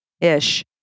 ish